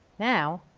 now,